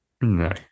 No